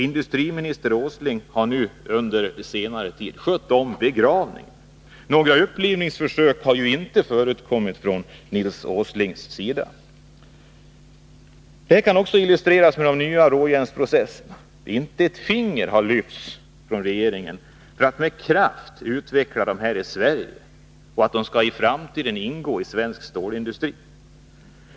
Industriminister Åsling har nu under senare tid skött om begravningen. Några upplivningsförsök har inte förekommit från Nils Åslings sida. Denna utveckling kan också illustreras med de nya råjärnsprocesserna. Inte ett finger har lyfts från regeringens sida för att med kraft utveckla dessa här i Sverige, så att de i framtiden kan ingå i svensk stålindustri.